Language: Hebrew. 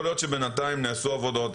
יכול להיות שבינתיים נעשו בחלק מהמקומות עבודות,